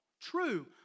True